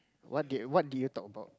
what did what did you talk about